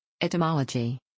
Etymology